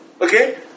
Okay